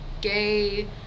gay